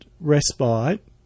respite